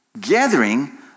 gathering